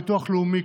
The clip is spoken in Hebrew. ביטוח לאומי,